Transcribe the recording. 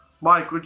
Mike